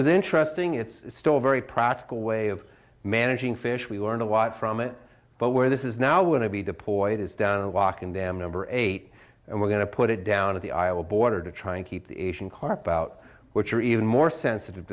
was interesting it's still a very practical way of managing fish we learned a lot from it but where this is now would be deployed is down a walk in dam number eight and we're going to put it down at the iowa border to try and keep the asian carp out which are even more sensitive